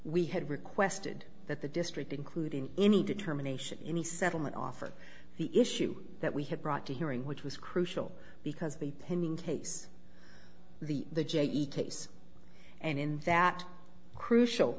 we had requested that the district include in any determination any settlement offer the issue that we had brought to hearing which was crucial because the pending case the the j e case and in that crucial